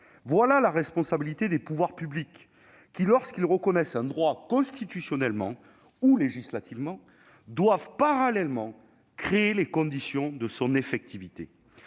est la responsabilité des pouvoirs publics qui, lorsqu'ils reconnaissent un droit constitutionnellement ou législativement, doivent parallèlement créer les conditions de son effectivité.